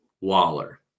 Waller